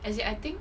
as in I think